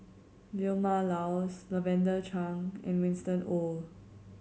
Vilma Laus Lavender Chang and Winston Oh